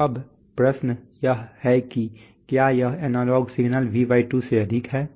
अब प्रश्न यह है कि क्या यह एनालॉग सिग्नल V2 से अधिक है